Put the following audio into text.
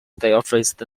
official